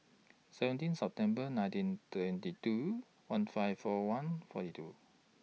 seventeen September nineteen twenty two one five four one forty two